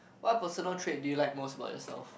what personal trait do you like most about yourself